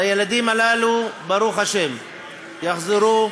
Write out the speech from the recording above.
הילדים הללו, ברוך השם, יחזרו,